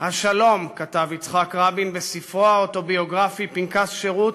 "השלום" כתב יצחק רבין בספרו האוטוביוגרפי "פנקס שירות",